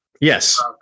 Yes